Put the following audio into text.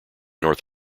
north